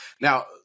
Now